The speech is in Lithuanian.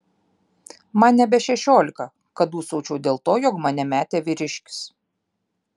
man nebe šešiolika kad dūsaučiau dėl to jog mane metė vyriškis